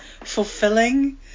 fulfilling